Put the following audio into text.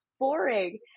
boring